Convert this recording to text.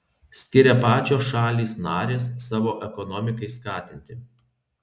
skiria pačios šalys narės savo ekonomikai skatinti